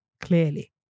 clearly